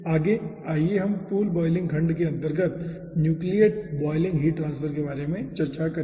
आगे आइए हम पूल बॉयलिंग खंड के अंतर्गत न्यूक्लियेट बॉयलिंग हीट ट्रांसफर के बारे में चर्चा करें